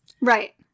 Right